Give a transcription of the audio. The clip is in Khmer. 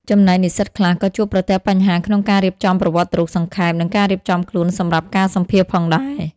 ចំណែកនិស្សិតខ្លះក៏ជួបប្រទះបញ្ហាក្នុងការរៀបចំប្រវត្តិរូបសង្ខេប និងការរៀបចំខ្លួនសម្រាប់ការសម្ភាសន៍ផងដែរ។